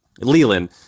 leland